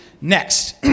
Next